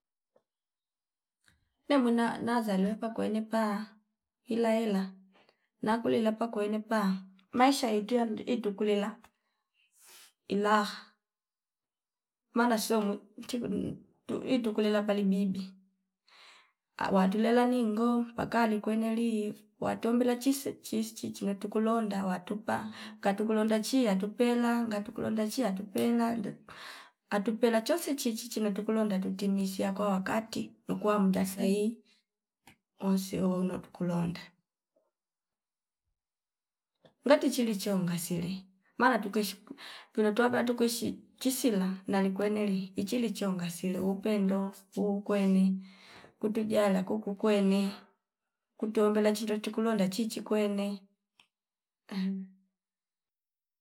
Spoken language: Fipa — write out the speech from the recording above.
Ne mwina na zwiya lepa kwelipa ila ela na kulila pa kweilipa maisha yaituya mndi itukulela ila mala sio mwu mti kudun tu itukulela pale bibi awa tulela ningo paka likweneliv watombela chise chii schichi ngatu kulonda watupa ngatu kulonda chiya yatupela ngatu kulonda chiya atupela ndo atupela chonse chichii natukulonda atu timizia kwa wakati nukua mdaa sahihi wonsi iwouno tukulonda. Ngati chilicho ngasile mala tukuswhei pwino twa kandu kuishin chisila nali kwenele ichili chonga aise upendo uukwene kutujala kuku kwene kutuumbela chindo chikuno na chichi kwene